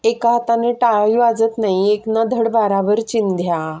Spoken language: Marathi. एका हाताने टाळी वाजत नाही एक ना धड भाराभर चिंध्या